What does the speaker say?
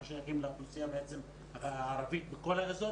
אנחנו שייכים לאוכלוסייה הערבית בכל האזור